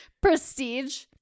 Prestige